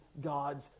God's